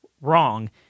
wrong